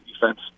defense